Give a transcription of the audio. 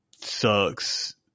sucks